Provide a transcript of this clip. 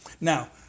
Now